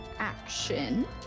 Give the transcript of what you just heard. action